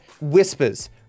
whispers